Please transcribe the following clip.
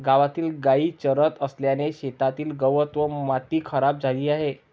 गावातील गायी चरत असल्याने शेतातील गवत व माती खराब झाली आहे